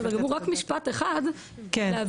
בסדר גמור רק משפט אחד להבין,